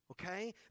Okay